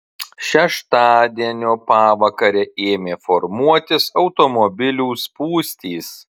šeštadienio pavakarę ėmė formuotis automobilių spūstys